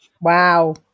Wow